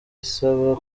isaba